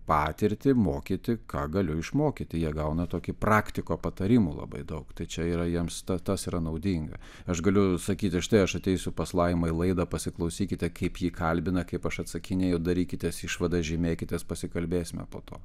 patirtį mokyti ką galiu išmokyti jie gauna tokį praktiko patarimų labai daug tai čia yra jiems ta tas yra naudinga aš galiu sakyti štai aš ateisiu pas laimą į laidą pasiklausykite kaip ji kalbina kaip aš atsakinėju darykitės išvadas žymėkitės pasikalbėsime po to